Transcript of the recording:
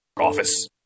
Office